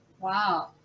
Wow